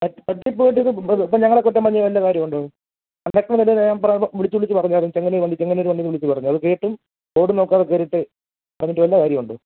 പറ്റി പറ്റിപ്പോയിട്ടിപ്പോൾ ഇപ്പോൾ ഞങ്ങളെ കുറ്റം പറഞ്ഞ് വല്ല കാര്യമുണ്ടോ വ്യക്തമായിട്ട് ഞാൻ പറയുമ്പോൾ വിളിച്ച് വിളിച്ച് പറഞ്ഞായിരുന്നു ചെങ്ങന്നൂർ വണ്ടി ചെങ്ങന്നൂർ വണ്ടീന്ന് വിളിച്ച് പറഞ്ഞു അത് കേട്ടും ബോർഡ് നോക്കാതെ കയറീട്ട് പറഞ്ഞിട്ട് വല്ല കാര്യമുണ്ടോ